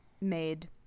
made